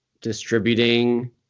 distributing